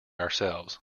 ourselves